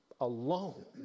alone